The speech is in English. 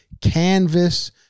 canvas